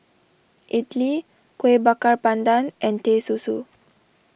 Idly Kuih Bakar Pandan and Teh Susu